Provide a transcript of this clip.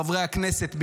חברי הכנסת,